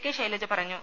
K Shailaja പറഞ്ഞു